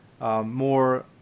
more